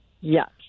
Yes